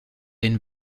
den